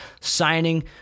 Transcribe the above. signing